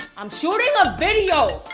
i'm shooting a video.